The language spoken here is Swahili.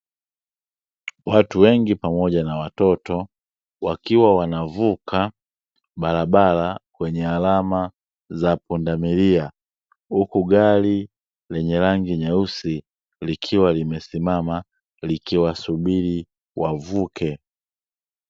Watu wengi pamoja na watoto wakiwa wanavuka bararbara kwenye alama za pundamilia, huku gari lenye rangi nyeusi likiwa limesimama likiwa subiri wavuke.